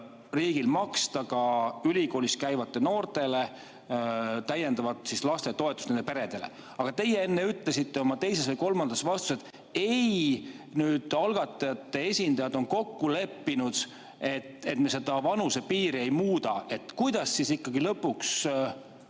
riigil maksta ka ülikoolis käivate noorte peredele täiendavat lastetoetust. Aga teie enne ütlesite oma teises või kolmandas vastuses, et ei, nüüd algatajate esindajad on kokku leppinud, et me seda vanusepiiri ei muuda. Kuidas siis ikkagi lõpuks